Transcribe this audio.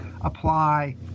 apply